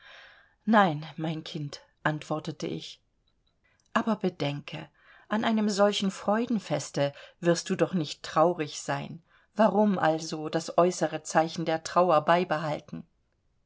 nein mein kind antwortete ich aber bedenke an einem solchen freudenfeste wirst du doch nicht traurig sein warum also das äußere zeichen der trauer beibehalten